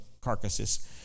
carcasses